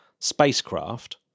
spacecraft